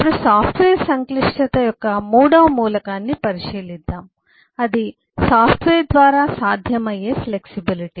ఇప్పుడు సాఫ్ట్వేర్ సంక్లిష్టత యొక్క మూడవ మూలకాన్ని పరిశీలిద్దాం అది సాఫ్ట్వేర్ ద్వారా సాధ్యమయ్యే వశ్యత